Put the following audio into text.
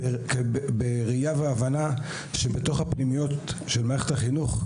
בראייה והבנה שבתוך הפנימיות של מערכת החינוך,